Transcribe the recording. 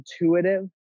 intuitive